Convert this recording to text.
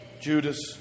Judas